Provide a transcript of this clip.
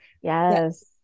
Yes